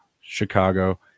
Chicago